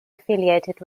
affiliated